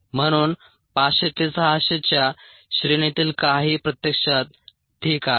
म्हणून 500 ते 600 च्या श्रेणीतील काहीही प्रत्यक्षात ठीक आहे